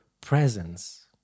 presence